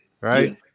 right